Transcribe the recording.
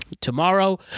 tomorrow